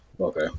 Okay